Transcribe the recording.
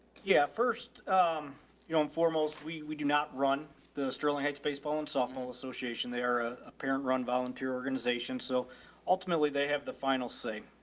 yeah. first um you know um foremost, we do not run the sterling heights baseball and softball association. they are a parent run volunteer organization. so ultimately they have the final say.